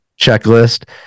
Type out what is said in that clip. checklist